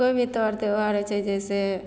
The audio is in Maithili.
कोइ भी तर त्योहार होइ छै जइसे